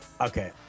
Okay